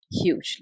hugely